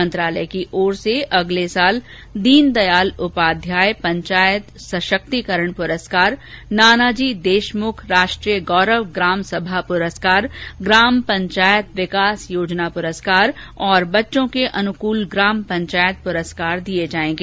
मंत्रालय की ओर से अगले वर्ष दीनदयाल उपाध्याय पंचायत सशक्तिकरण प्रस्कार नानाजी देशमुख राष्ट्रीय गौरव ग्राम सभा पुरस्कार ग्राम पंचायत विकास योजना पुरस्कार और बर्च्यो के अनुकूल ग्राम पंचायत पुरस्कार दिये जायेंगे